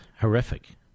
horrific